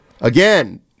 Again